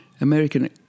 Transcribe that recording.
American